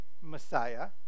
Messiah